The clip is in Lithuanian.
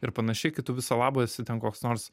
ir panašiai kai tu viso labo esi ten koks nors